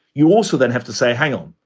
you also then have to say, hang um